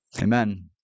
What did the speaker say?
Amen